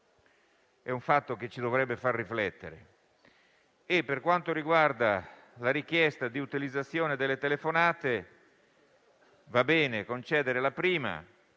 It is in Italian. è un fatto che ci dovrebbe far riflettere. Per quanto riguarda la richiesta di utilizzazione delle telefonate, va bene concedere la prima,